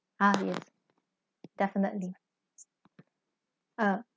ah yes definitely uh